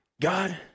God